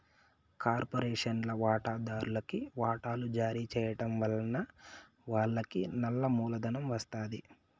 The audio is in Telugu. కార్పొరేషన్ల వాటాదార్లుకి వాటలు జారీ చేయడం వలన వాళ్లకి నల్ల మూలధనం ఒస్తాది